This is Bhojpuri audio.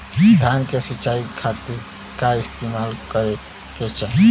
धान के सिंचाई खाती का इस्तेमाल करे के चाही?